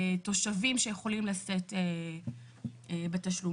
תושבים שיכולים לשאת בתשלומים.